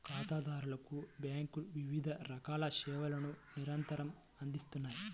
ఖాతాదారులకు బ్యేంకులు వివిధ రకాల సేవలను నిరంతరం అందిత్తన్నాయి